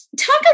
talk